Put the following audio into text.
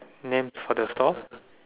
name for the store